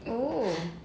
oh